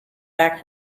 back